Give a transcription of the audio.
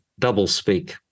doublespeak